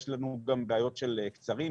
יש לנו גם בעיות של קצרים,